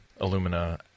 alumina